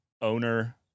owner